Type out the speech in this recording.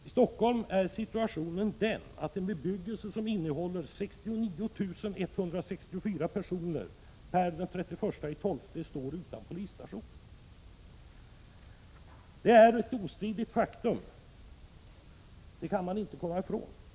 I Stockholm är situationen den att en bebyggelse där det bor 69 164 personer — den 31 december 1986 — står utan polisstation. Det är ett ostridigt faktum.